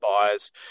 buyers